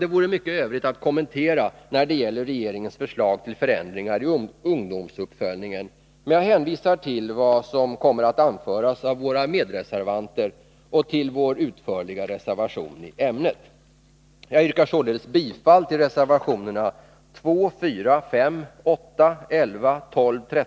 Det vore mycket övrigt att kommentera när det gäller regeringens förslag till förändringar i ungdomsuppföljningen, men jag hänvisar till vad som kommer att anföras av mina medreservanter och till vår utförliga reservation i ämnet.